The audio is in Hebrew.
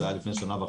יש השתתפות קטנה שלנו.